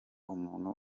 umuntu